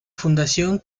fundación